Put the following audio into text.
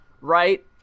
Right